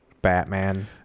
Batman